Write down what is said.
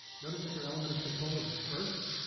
notice that there element of control is dispersed.